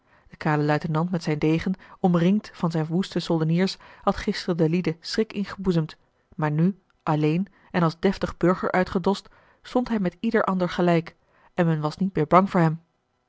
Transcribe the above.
de kale luitenant met zijn degen omringd van zijne woeste soldeniers had gisteren den lieden schrik ingeboezemd maar nu alleen en als deftig burger uitgedost stond hij met ieder ander gelijk en men was niet meer bang voor hem